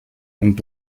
und